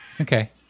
Okay